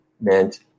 meant